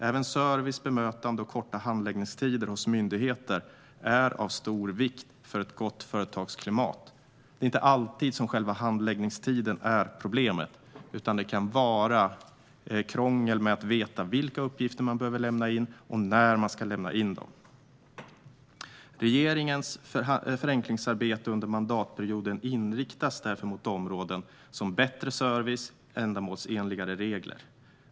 Även service, bemötande och korta handläggningstider hos myndigheter är av stor vikt för ett gott företagsklimat. Det är inte alltid som själva handläggningstiden är problemet, utan det kan vara krångel med att veta vilka uppgifter man behöver lämna in och när man ska lämna in dem. Regeringens förenklingsarbete under mandatperioden inriktas mot områdena bättre service och ändamålsenligare regler.